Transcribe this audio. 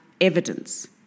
evidence